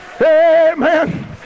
Amen